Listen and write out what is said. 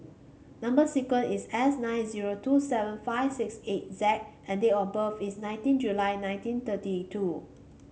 number sequence is S nine zero two seven five six eight Z and date of birth is nineteen July nineteen thirty two